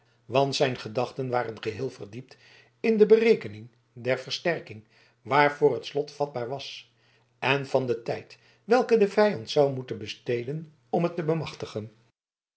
want zijn gedachten waren geheel verdiept in de berekening der versterking waarvoor het slot vatbaar was en van den tijd welken de vijand zou moeten besteden om het te bemachtigen